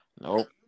Nope